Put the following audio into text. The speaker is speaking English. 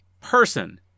person